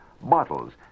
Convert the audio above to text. bottles